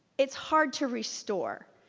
it's hard to restore.